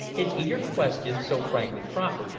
his eager questions, so frankly proffered,